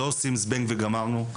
אין זבנג וגמרנו.